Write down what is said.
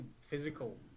physical